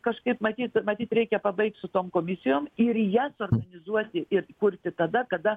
kažkaip matyt matyt reikia pabaigt su tom komisijom ir jas analizuoti ir kurti tada kada